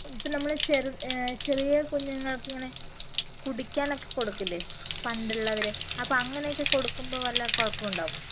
ഇപ്പം നമ്മള് ചെറുത് ചെറിയ കുഞ്ഞുങ്ങൾക്കിങ്ങനെ കുടിക്കാൻ ഒക്കെ കൊടുക്കില്ലെ പണ്ടുള്ളവര് അപ്പം അങ്ങനെയൊക്കെ കൊടുക്കുമ്പോൾ വല്ല കുഴപ്പവു ഉണ്ടാകുമോ